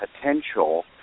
potential